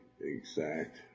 exact